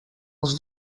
els